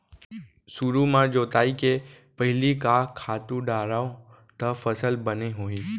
सुरु म जोताई के पहिली का खातू डारव त फसल बने होही?